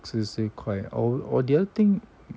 十四块 or or do you think